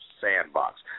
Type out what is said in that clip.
sandbox